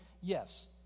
Yes